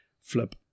flip